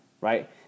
right